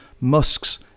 Musk's